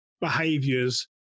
behaviors